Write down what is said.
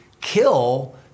kill